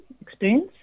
experience